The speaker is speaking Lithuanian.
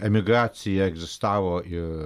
emigracija egzistavo i